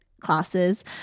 classes